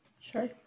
Sure